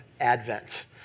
Advent